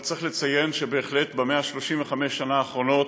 אבל צריך לציין שבהחלט ב-135 השנים האחרונות,